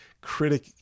critic